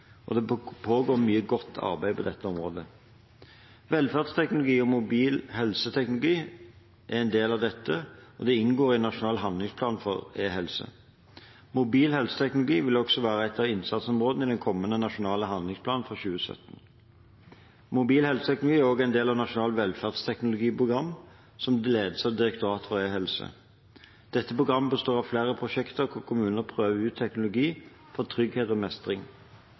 og det pågår mye godt arbeid på dette området. Velferdsteknologi og mobil helseteknologi er en del av dette, og det inngår i Nasjonal handlingsplan for e-helse. Mobil helseteknologi vil også være et av innsatsområdene i den kommende nasjonale handlingsplanen for 2017. Mobil helseteknologi er også en del av Nasjonalt velferdsteknologiprogram, som ledes av Direktoratet for e-helse. Dette programmet består av flere prosjekter hvor kommuner prøver ut teknologi for trygghet og mestring.